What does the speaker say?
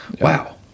Wow